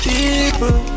People